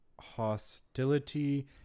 hostility